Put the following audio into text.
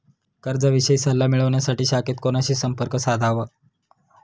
कर्जाविषयी सल्ला मिळवण्यासाठी शाखेत कोणाशी संपर्क साधावा?